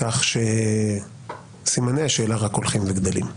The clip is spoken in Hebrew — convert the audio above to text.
כך שסימני השאלה רק הולכים וגדלים.